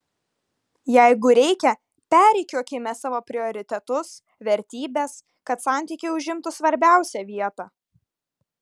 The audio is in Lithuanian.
jeigu reikia perrikiuokime savo prioritetus vertybes kad santykiai užimtų svarbiausią vietą